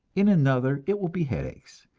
in another it will be headaches,